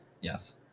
Yes